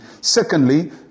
Secondly